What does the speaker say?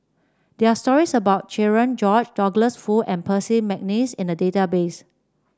there are stories about Cherian George Douglas Foo and Percy McNeice in the database